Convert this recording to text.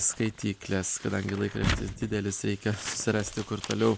skaityklės kadangi laikraštis didelis reikia susirasti kur toliau